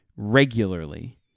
regularly